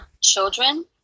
children